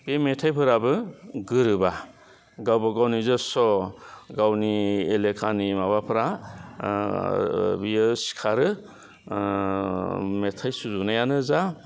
बे मेथाइफोराबो गोरोबा गावबागाव निजेच्च' गावनि एलेखानि माबाफ्रा बियो सिखारो मेथाइ सुजुनायानो जा